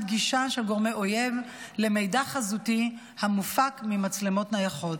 גישה של גורמי אויב למידע חזותי המופק ממצלמות נייחות.